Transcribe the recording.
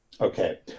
Okay